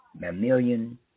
mammalian